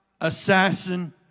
assassin